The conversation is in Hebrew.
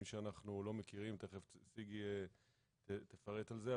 שאנחנו לא מכירים ותכף סיגי תפרט על זה.